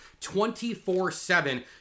24-7